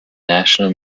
national